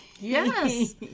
Yes